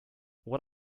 what